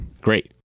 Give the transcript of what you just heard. Great